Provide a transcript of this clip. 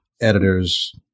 editors